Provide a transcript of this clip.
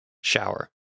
shower